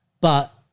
but-